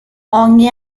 ogni